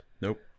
Nope